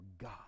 God